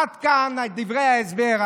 עד כאן דברי ההסבר.